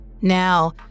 Now